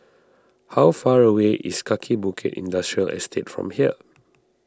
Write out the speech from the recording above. how far away is Kaki Bukit Industrial Estate from here